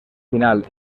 final